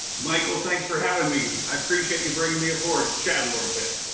michael, thanks for having me. i appreciate you bringing me aboard to chat a little bit.